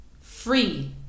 free